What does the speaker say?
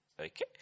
Okay